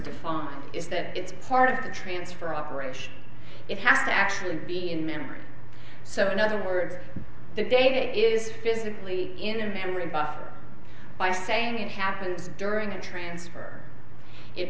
defined is that it's part of the transfer operation it has to actually be in memory so in other words the data is physically in the memory buffer by saying it happens during transfer it